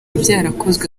byarakozwe